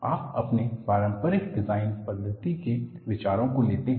तो आप अपने पारंपरिक डिजाइन पद्धति से विचारों को लेते हैं